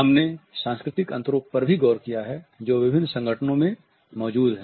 हमने सांस्कृतिक अंतरों पर भी गौर किया है जो विभिन्न संगठनों में मौजूद हैं